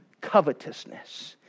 covetousness